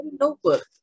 notebook